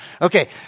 Okay